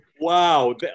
Wow